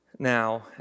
Now